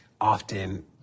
often